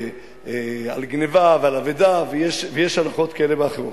על גנבה ועל אבדה, ויש הלכות כאלה ואחרות.